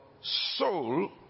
soul